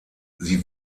sie